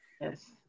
Yes